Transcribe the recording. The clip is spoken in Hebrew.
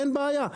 אין בעיה.